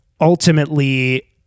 ultimately